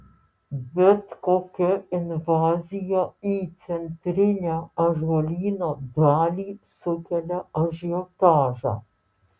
bet kokia invazija į centrinę ąžuolyno dalį sukelia ažiotažą